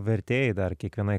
vertėjai dar kiekvienai